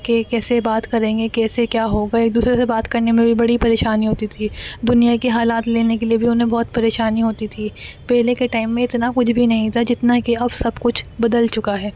کہ کیسے بات کریں گے کیسے کیا ہوگا ایک دوسرے سے بات کرنے میں بھی بڑی پریشانی ہوتی تھی دنیا کی حالات لینے کے لیے بھی انہیں بہت پریشانی ہوتی تھی پہلے کے ٹائم میں اتنا کچھ بھی نہیں تھا جتنا کہ اب سب کچھ بدل چکا ہے